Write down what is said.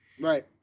Right